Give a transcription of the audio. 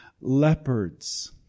Leopards